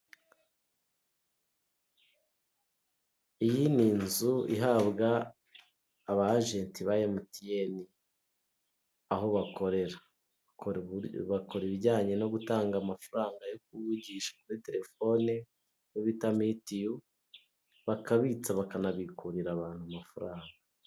Iyi ni inzu ihabwa aba agenti ba mtn aho bakorera, bakora ibijyanye no gutanga amafaranga yokuvugisha kuri telefoni yo bita mitiyu bakabitsa bakanabikurira abantu amafaranga.